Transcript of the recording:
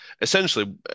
essentially